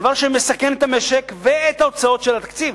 דבר שמסכן את המשק ואת ההוצאות של התקציב.